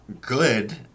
good